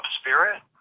spirit